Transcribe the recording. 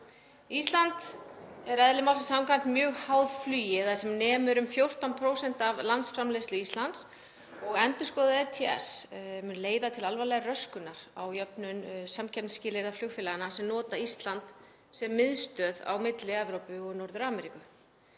Ísland er eðli málsins samkvæmt mjög háð flugi eða sem nemur um 14% af landsframleiðslu Íslands og endurskoðun ETS mun leiða til alvarlegrar röskunar á jöfnun samkeppnisskilyrða flugfélaganna sem nota Ísland sem miðstöð á milli Evrópu og Norður-Ameríku.